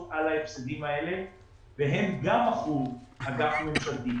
על ההפסדים האלה והם גם מכרו אג"ח ממשלתי.